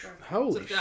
Holy